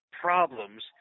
problems